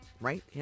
right